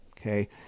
okay